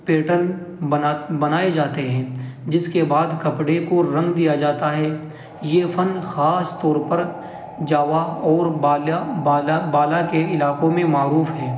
pattern بنا بنائے جاتے ہیں جس کے بعد کپڑے کو رنگ دیا جاتا ہے یہ فن خاص طور پر جاوا اور بالیا بالا بالا کے علاقوں میں معروف ہے